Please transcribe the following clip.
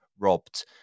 robbed